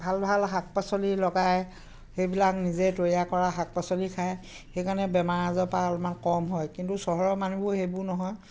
ভাল ভাল শাক পাচলি লগাই সেইবিলাক নিজে তৈয়াৰ কৰা শাক পাচলি খায় সেইকাৰণে বেমাৰ আজাৰৰপৰা অলমান কম হয় কিন্তু চহৰৰ মানুহবোৰ সেইবোৰ নহয়